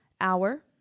Hour